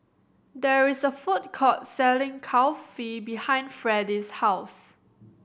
there is a food court selling Kulfi behind Fredie's house